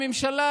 הממשלה